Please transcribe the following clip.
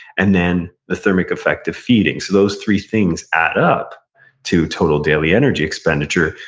and then the thermic effect of feeding so those three things add up to total daily energy expenditure,